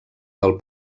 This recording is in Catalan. del